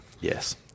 yes